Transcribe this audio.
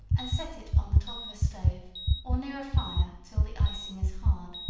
and set it on the top of a stove or near a fire till the icing is hard.